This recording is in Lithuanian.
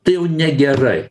tai jau negerai